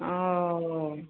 ᱚᱻ